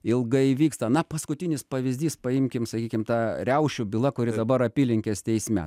ilgai vyksta na paskutinis pavyzdys paimkim sakykim tą riaušių byla kuri dabar apylinkės teisme